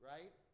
Right